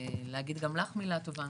להגיד גם לך מילה טובה,